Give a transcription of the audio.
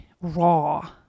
raw